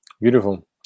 Beautiful